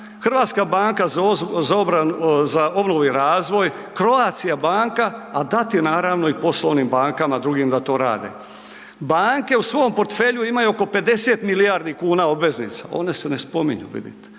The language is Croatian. Hrvatska poštanska banka, HBOR, Croatia banka, a dati naravno i poslovnim bankama drugim da to rade. Banke u svom portfelju imaju oko 50 milijardi kuna obveznica, one se ne spominju vidite.